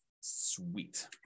Sweet